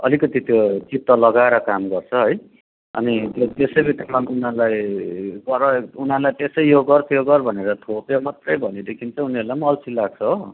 अलिकति त्यो चित्त लगाएर काम गर्छ है अनि त्यो त्यसै बित्थामा उनीहरूलाई गर उनीहरूलाई त्यसै यो गर् त्यो गर् भनेर थोप्यो मात्रै भनेदेखिन् चाहिँ उनीहरूलाई पनि अल्छी लाग्छ हो